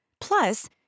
Plus